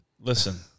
Listen